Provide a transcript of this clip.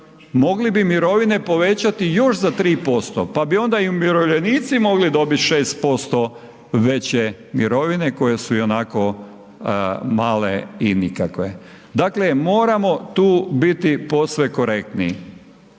mogli bi mirovine povećati još za 3% pa bi onda i umirovljenici mogli dobit 6% veće mirovine koje su ionako male i nikakve. Dakle, moramo tu biti posve korektni i